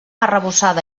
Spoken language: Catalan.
arrebossada